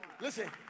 Listen